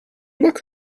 luck